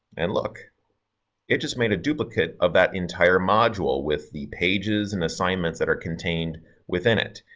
and look it just made a duplicate of that entire module with the pages and assignments that are contained within it.